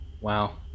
Wow